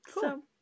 Cool